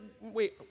wait